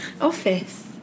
office